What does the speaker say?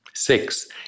Six